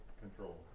Control